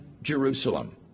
Jerusalem